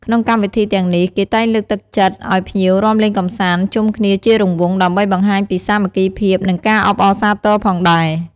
ក្នុងកម្មវិធីទាំងនេះ គេតែងលើកទឹកចិត្តឱ្យភ្ញៀវរាំលេងកំសាន្តជុំគ្នាជារង្វង់ ដើម្បីបង្ហាញពីសាមគ្គីភាព និងការអបអរសាទរផងដែរ។